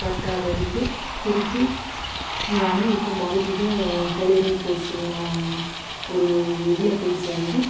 பற்றாததுக்கு திருப்பி நான் இப்போ மறுபடியும் டெய்லரிங் கோர்ஸ் நான் ஒரு இதில் போய் சேர்ந்து